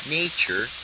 nature